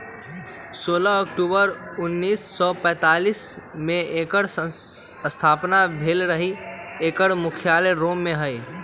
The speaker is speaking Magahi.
सोलह अक्टूबर उनइस सौ पैतालीस में एकर स्थापना भेल रहै एकर मुख्यालय रोम में हइ